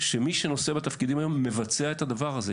שמי שמבצע את התפקיד היום מבצע את הדבר הזה.